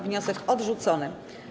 Wniosek odrzucony.